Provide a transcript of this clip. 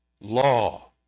law